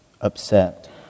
upset